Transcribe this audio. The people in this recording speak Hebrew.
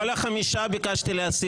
את כל החמישה ביקשתי להסיר.